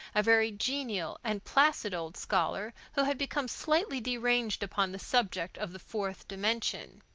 a very genial and placid old scholar who had become slightly deranged upon the subject of the fourth dimension.